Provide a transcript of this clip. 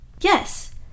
Yes